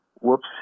whoops